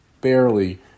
barely